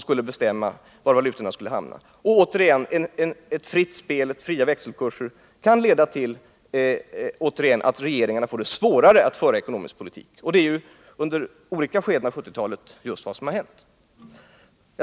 skulle bestämma var valutorna skulle hamna. Fria växelkurser kan således leda till att regeringarna får svårare att föra en ekonomisk politik. Och det är just vad som har hänt under olika skeden av 1970-talet.